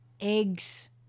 Eggs